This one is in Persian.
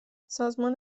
سازمان